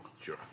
Sure